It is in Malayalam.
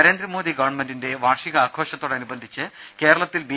നരേന്ദ്രമോദി ഗവൺമെന്റിന്റെ വാർഷികാഘോഷത്തോടനുബന്ധിച്ച് കേരളത്തിൽ ബി